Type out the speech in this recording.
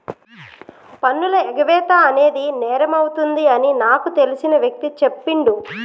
పన్నుల ఎగవేత అనేది నేరమవుతుంది అని నాకు తెలిసిన వ్యక్తి చెప్పిండు